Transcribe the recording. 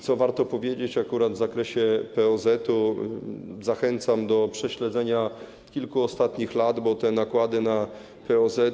Co warto powiedzieć, akurat w zakresie POZ zachęcam do prześledzenia kilku ostatnich lat, bo te nakłady na POZ.